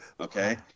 Okay